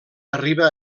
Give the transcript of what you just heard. arriba